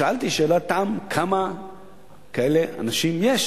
שאלתי שאלת תם: כמה אנשים כאלה